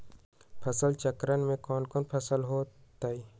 फसल चक्रण में कौन कौन फसल हो ताई?